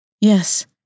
Yes